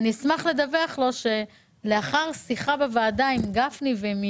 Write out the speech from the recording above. אני אשמח לדווח לו שלאחר שיחה בוועדה עם גפני ועם ינון,